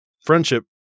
friendship